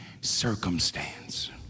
circumstance